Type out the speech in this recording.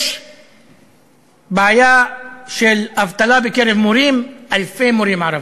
יש בעיה של אבטלה בקרב מורים, אלפי מורים ערבים.